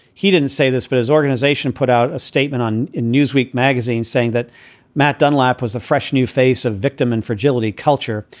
he didn't say this, but his organization put out a statement on newsweek magazine saying that matt dunlap was a fresh new face of victim and fragility culture,